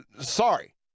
sorry